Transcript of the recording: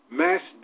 mass